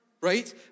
Right